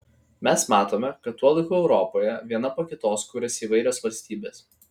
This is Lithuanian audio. mes matome kad tuo laiku europoje viena po kitos kuriasi įvairios valstybės